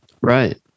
Right